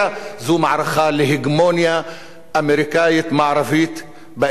זו מערכה להגמוניה אמריקנית מערבית באזור,